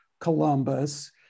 Columbus